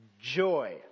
joy